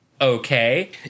Okay